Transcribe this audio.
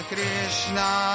Krishna